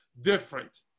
different